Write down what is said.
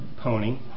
pony